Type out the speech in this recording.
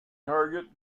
target